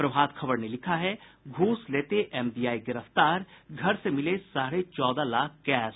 प्रभात खबर ने लिखा है घूस लेते एमवीआई गिरफ्तार घर से मिले साढ़े चौदह लाख कैश